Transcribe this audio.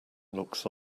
looks